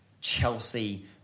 Chelsea